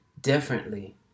differently